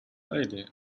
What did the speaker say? lady